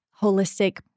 holistic